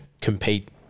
compete